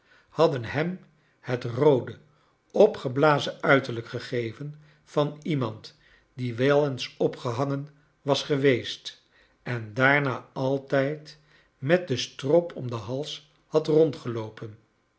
hadden hem het roode opgeblazen uiterlijk gegeven van iemand die wel eens opgehangen was geweest en daarna altijd met den strop om den ha is had rondgeioopen